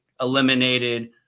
eliminated